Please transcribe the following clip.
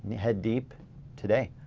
head deep today.